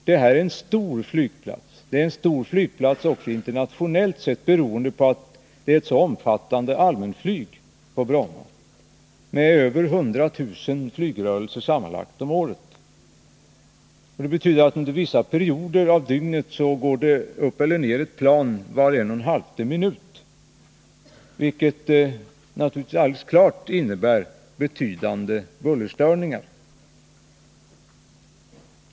Det här är enstor flygplats, också internationellt sett, beroende på att allmänflyget ärså omfattande på Bromma, med över 100 000 flygrörelser sammanlagt om året. Det betyder att det under vissa perioder av dygnet går upp eller ner ett plan varje en och en halv minut, vilket naturligtvis innebär betydande bullerstörningar.